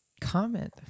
Comment